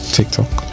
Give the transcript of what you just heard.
TikTok